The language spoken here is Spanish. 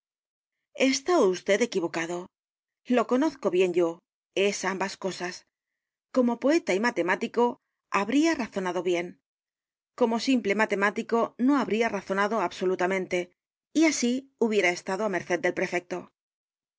á vd equivocado lo conozco bien yo es ambas cosas como poeta y matemático habría razonado bien como simple matemático no habría razonado absolutamente y así hubiera estado á merced del prefecto